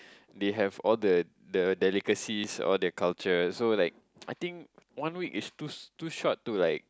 they have all the the delicacies all their culture so like I think one week is too too short to like